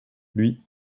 lui